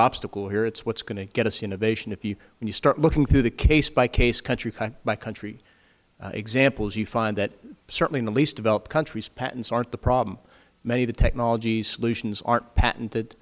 obstacle here it is what is going to get us innovation when you start looking through the case by case country by country examples you find that certainly in the least developed countries patents aren't the problem many of the technology solutions aren't patented